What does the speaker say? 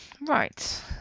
Right